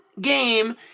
game